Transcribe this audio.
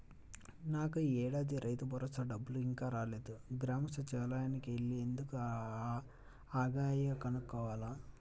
నాకు యీ ఏడాదికి రైతుభరోసా డబ్బులు ఇంకా రాలేదు, గ్రామ సచ్చివాలయానికి యెల్లి ఎందుకు ఆగాయో కనుక్కోవాల